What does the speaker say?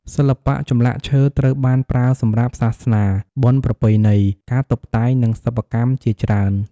សិល្បៈចម្លាក់ឈើត្រូវបានប្រើសម្រាប់សាសនា បុណ្យប្រពៃណី ការតុបតែង និងសិប្បកម្មជាច្រើន។